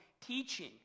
teaching